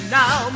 now